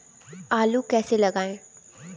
आलू कैसे लगाएँ?